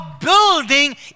building